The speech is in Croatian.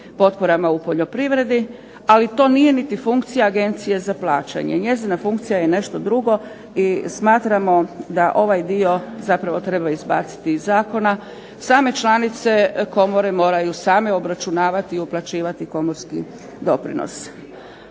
potporama u poljoprivredi, ali to nije niti funkcija Agencije za plaćanje. Njezina funkcija je nešto drugo i smatramo da ovaj dio zapravo treba izbaciti iz zakona. Same članice komore moraju same obračunavati i uplaćivati komorski doprinos.